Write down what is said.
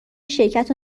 شرکت